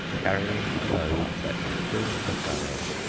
carrying a load that would fill a barrow.